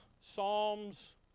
Psalms